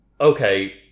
okay